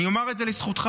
אני אומר את זה לזכותך,